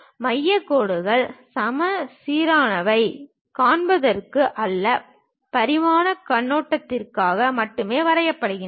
மையக் கோடுகள் சமச்சீர்மையைக் காண்பிப்பதற்காக அல்லது பரிமாணக் கண்ணோட்டத்திற்காக மட்டுமே வரையப்படுகின்றன